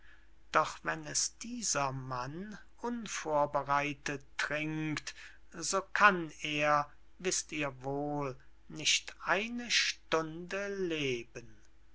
doch wenn es dieser mann unvorbereitet trinkt so kann er wißt ihr wohl nicht eine stunde leben